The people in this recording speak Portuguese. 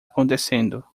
acontecendo